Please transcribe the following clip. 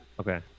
okay